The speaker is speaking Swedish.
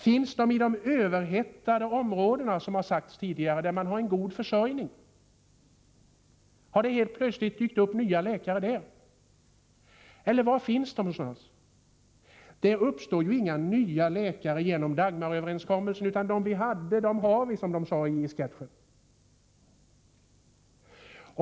Finns de i de överhettade områdena som har nämnts tidigare, där man har en god försörjning? Har det plötsligt dykt upp nya läkare där? Eller var finns de? Det uppstår ju inte nya läkare genom Dagmaröverenskommelsen, utan dem vi hade har vi.